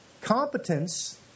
competence